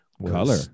color